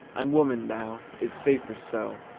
i'm woman now it's safer so.